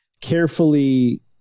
carefully